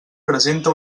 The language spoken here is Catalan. presenta